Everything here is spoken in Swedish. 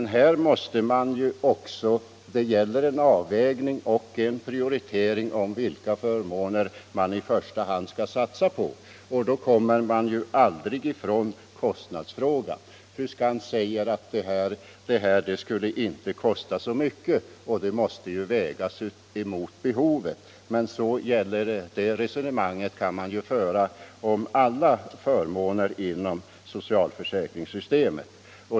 Men det gäller att göra en avvägning och en prioritering av vilka förmåner vi i första hand skall satsa på, och då kommer vi aldrig ifrån kostnadsfrågan. Fru Skantz säger att ett genomförande av vpk:s krav inte skulle kosta så mycket och att det måste vägas mot behovet. Det resonemanget kan man föra om alla förmåner inom socialförsäkringssystemet.